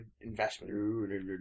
investment